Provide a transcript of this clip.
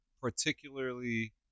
particularly